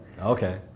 Okay